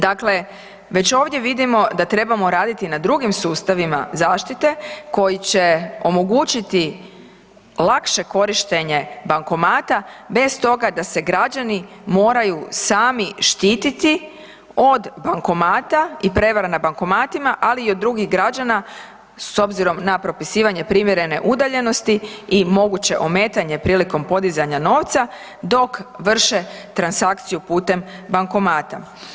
Dakle, već ovdje vidimo da trebamo raditi na drugim sustavima zaštite koji će omogućiti lakše korištenje bankomata bez toga da se građani moraju sami štiti od bankomata i prevara na bankomatima, ali i od drugih građana s obzirom na propisivanje primjerene udaljenosti i moguće ometanje prilikom podizanja novca dok vrše transakciju putem bankomata.